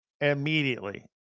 immediately